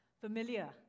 familiar